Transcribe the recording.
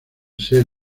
ser